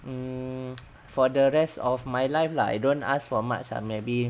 mm for the rest of my life lah I don't ask for much ah maybe